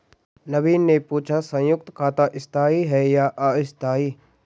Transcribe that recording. नवीन ने पूछा संयुक्त खाता स्थाई है या अस्थाई